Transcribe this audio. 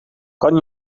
kan